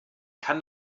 kann